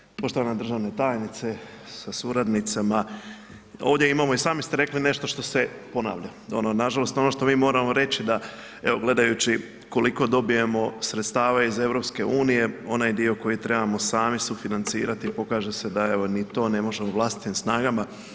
Hvala lijepo, poštovana državna tajnice sa suradnicama ovdje imamo i sami ste rekli nešto što se ponavlja, nažalost ono što mi moramo reći da evo gledajući da koliko dobijemo sredstava iz EU onaj dio koji trebamo sami sufinancirati pokaže se da evo ni to ne možemo vlastitim snagama.